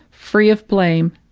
free of blame,